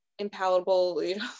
impalatable